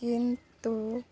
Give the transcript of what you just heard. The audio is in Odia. କିନ୍ତୁ